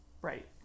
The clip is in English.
right